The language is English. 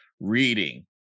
reading